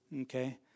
Okay